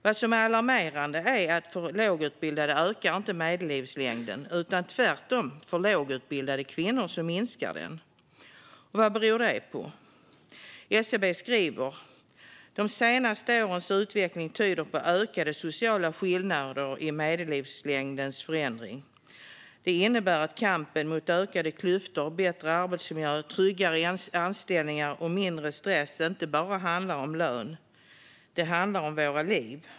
Vad som är alarmerande är att för lågutbildade ökar inte medellivslängden utan tvärtom. För lågutbildade kvinnor minskar den. Vad beror det på? SCB skriver: "De senaste årens utveckling tyder på ökade sociala skillnader i medellivslängdens förändring." Detta innebär att kampen mot ökade klyftor och för bättre arbetsmiljö, tryggare anställning och mindre stress inte bara handlar om lön. Det handlar om våra liv.